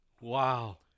Wow